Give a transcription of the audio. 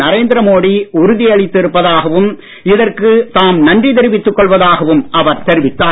நரேந்திர மோடி உறுதி அளித்து இருப்பதாகவும் இதற்கு தாம் நன்றி தெரிவித்துக் கொள்வதாகவும் அவர் தெரிவித்தார்